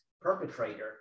perpetrator